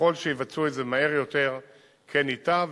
וככל שיבצעו את זה מהר יותר כן ייטב.